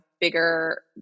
bigger